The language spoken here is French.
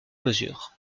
mesure